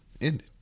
ended